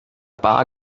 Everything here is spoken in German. bar